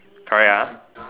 correct ah